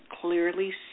clearly